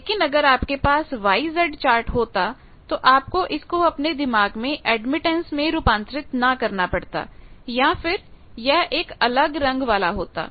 लेकिन अगर आपके पास YZ चार्ट होता तो आपको इसको अपने दिमाग में एडमिटेंस में रूपांतरित ना करना पड़ता या फिर यह एक अलग रंग वाला होता